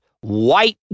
white